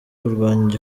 kurwanya